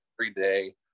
everyday